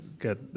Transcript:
get